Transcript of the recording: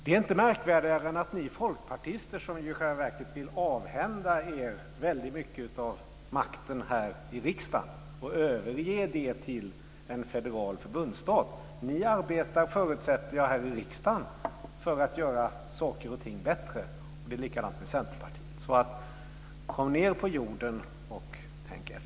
Det är inte märkvärdigare än att ni folkpartister, som i själva verket vill avhända er väldigt mycket av makten här i riksdagen och överge den till en federal förbundsstat, här i riksdagen arbetar för att göra saker och ting bättre. Det är likadant med Centerpartiet. Kom ned på jorden och tänk efter.